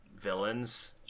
villains